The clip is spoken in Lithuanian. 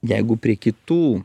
jeigu prie kitų